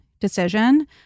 decision